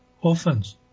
orphans